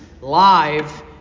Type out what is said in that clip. live